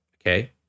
okay